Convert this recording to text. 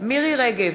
מירי רגב,